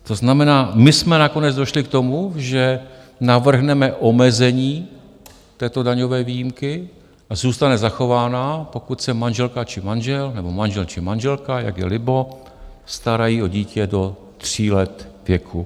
To znamená, my jsme nakonec došli k tomu, že navrhneme omezení této daňové výjimky a zůstane zachována, pokud se manželka či manžel, nebo manžel či manželka, jak je libo, starají o dítě do 3 let věku.